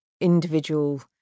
individual